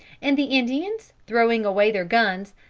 and the indians, throwing away their guns,